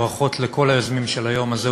ברכות לכל היוזמים של היום הזה,